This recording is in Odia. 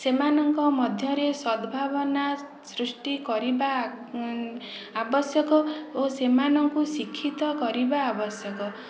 ସେମାନଙ୍କ ମଧ୍ୟରେ ସଦଭାବନା ସୃଷ୍ଟି କରିବା ଆବଶ୍ୟକ ଓ ସେମାନଙ୍କୁ ଶିକ୍ଷିତ କରିବା ଆବଶ୍ୟକ